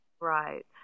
Right